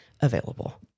available